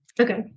Okay